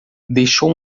deixou